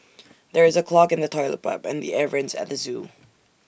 there is A clog in the Toilet Pipe and the air Vents at the Zoo